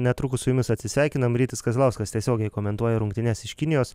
netrukus su jumis atsisveikinam rytis kazlauskas tiesiogiai komentuoja rungtynes iš kinijos